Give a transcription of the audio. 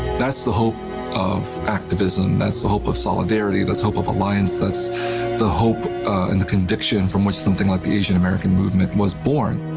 that's the hope of activism, that's the hope of solidarity, let's hope of alliance that's the hope in the conviction from which something like the asian american movement was born.